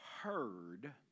heard